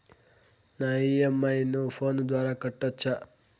నా ఇ.ఎం.ఐ ను ఫోను ద్వారా కట్టొచ్చా?